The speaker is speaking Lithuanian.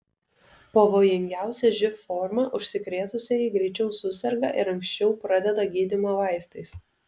pavojingiausia živ forma užsikrėtusieji greičiau suserga ir anksčiau pradeda gydymą vaistais